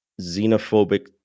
xenophobic